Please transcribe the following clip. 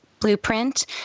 blueprint